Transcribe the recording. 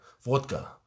vodka